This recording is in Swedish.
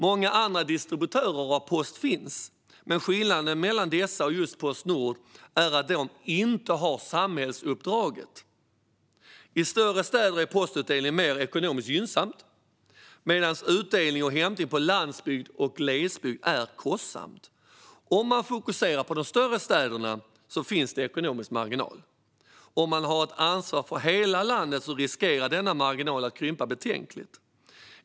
Många andra distributörer av post finns, men skillnaden mellan dessa och just Postnord är att de inte har samhällsuppdraget. I större städer är postutdelning mer ekonomiskt gynnsamt, medan utdelning och hämtning på landsbygd och glesbygd är kostsamt. Om man fokuserar på de större städerna finns ekonomisk marginal. Om man har ett ansvar för hela landet riskerar denna marginal att krympa betänkligt.